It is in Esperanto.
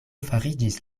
fariĝis